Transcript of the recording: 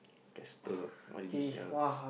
Kester what is this ya